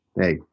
hey